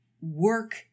work